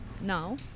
now